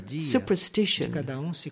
superstition